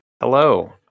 Hello